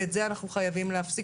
ואת זה אנחנו חייבים להפסיק.